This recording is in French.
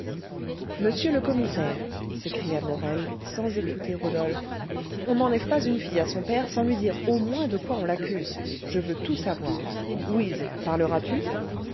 monsieur le commissaire s'écria morel sans écouter rodolphe on n'enlève pas une fille à son père sans lui dire au moins de quoi on l'accuse je veux tout savoir louise